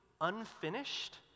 unfinished